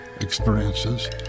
experiences